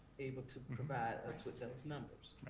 able to provide us with those numbers.